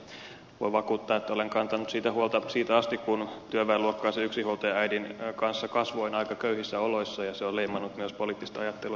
voin vakuuttaa että olen kantanut siitä huolta siitä asti kun työväenluokkaisen yksinhuoltajaäidin kanssa kasvoin aika köyhissä oloissa ja se on leimannut myös poliittista ajatteluani pitkään